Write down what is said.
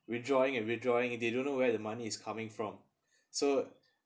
withdrawing and withdrawing they don't know where the money is coming from so